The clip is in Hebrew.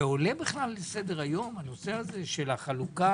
זה עולה בכלל לסדר-היום, הנושא של החלוקה,